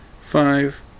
five